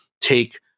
take